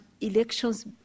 elections